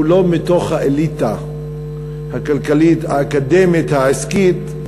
הוא לא בתוך האליטה הכלכלית האקדמית העסקית.